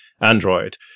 Android